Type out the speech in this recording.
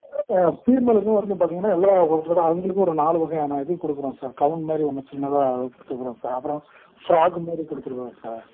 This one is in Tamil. ஆ ஃபீமேலுக்கும் வந்து பார்த்தீங்கன்னா எல்லாம் கிட்டத்தட்ட அவங்களுக்கு ஒரு நாலு வகையான இது கொடுக்குறோம் சார் கவுன் மாதிரி ஒன்று சின்னதாக கொடுத்துருக்குறோம் சார் அப்புறம் ஃப்ராக் மாதிரி கொடுத்துருக்குறோம் சார்